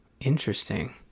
interesting